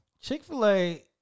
Chick-fil-A